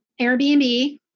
Airbnb